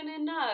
enough